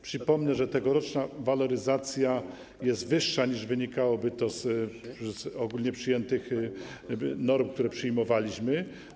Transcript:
Przypomnę, że tegoroczna waloryzacja jest wyższa niż mogłoby to wynikać z ogólnie przyjętych norm, które przyjmowaliśmy.